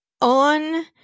On